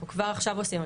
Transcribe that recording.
אנחנו כבר עכשיו עושים,